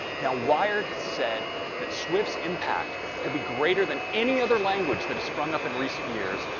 now, wired said that, swift's impact could be greater than any other language that has sprung up in recent years,